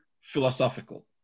philosophical